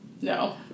No